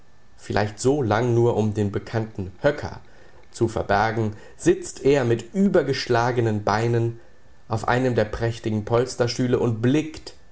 vielleicht so lang nur um den bekannten höcker zu verbergen sitzt er mit übergeschlagenen beinen auf einem der prächtigen polsterstühle und blickt